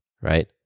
right